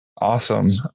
Awesome